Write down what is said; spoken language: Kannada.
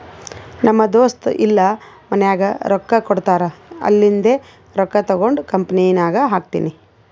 ನಮ್ ದೋಸ್ತ ಇಲ್ಲಾ ಮನ್ಯಾಗ್ ರೊಕ್ಕಾ ಕೊಡ್ತಾರ್ ಅಲ್ಲಿಂದೆ ರೊಕ್ಕಾ ತಗೊಂಡ್ ಕಂಪನಿನಾಗ್ ಹಾಕ್ತೀನಿ